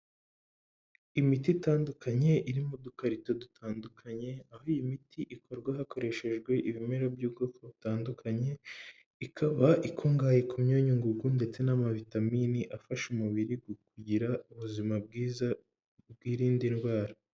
Imiti itandukanye irimo udukarito dutandukanye aho iyi miti ikorwa hakoreshejwe ibimera by'ubwoko butandukanye ikaba ikungahaye ku myunyu ngugu ndetse n'amavitaminini afasha umubiri kugira ubuzima bwiza bwi'irinda ndwara.